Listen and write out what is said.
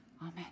Amen